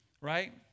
right